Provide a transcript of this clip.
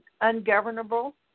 ungovernable